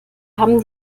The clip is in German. haben